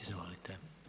Izvolite.